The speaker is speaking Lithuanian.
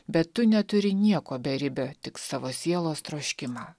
bet tu neturi nieko beribio tik savo sielos troškimą